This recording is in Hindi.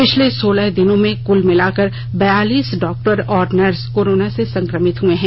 पिछले सोलह दिनों में कुल मिलाकर बयालीस डॉक्टर और नर्स कोरोना से संकमित हुए हैं